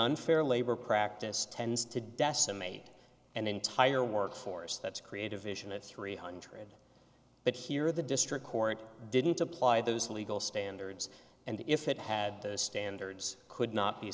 unfair labor practice tends to decimate and entire workforce that's creative vision a three hundred but here the district court didn't apply those legal standards and if it had the standards could not be